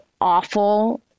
awful